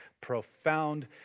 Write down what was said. profound